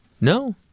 No